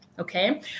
Okay